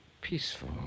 peaceful